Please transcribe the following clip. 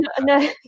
no